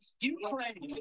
Ukraine